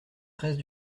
treize